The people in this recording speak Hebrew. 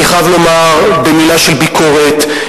אני חייב לומר במלה של ביקורת,